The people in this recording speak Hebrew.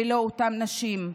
ולא אותן נשים.